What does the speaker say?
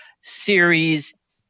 Series